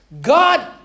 God